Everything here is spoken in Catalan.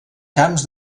camps